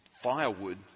firewood